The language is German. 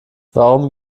warum